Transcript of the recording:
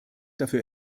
dafür